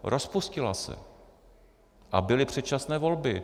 Rozpustila se a byly předčasné volby.